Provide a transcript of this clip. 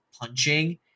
punching